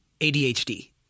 adhd